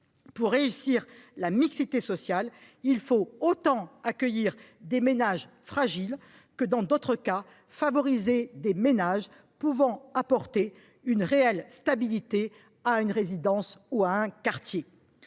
Pour réussir la mixité sociale, il faut autant accueillir des ménages fragiles que favoriser des ménages pouvant apporter de la stabilité à une résidence ou à un quartier.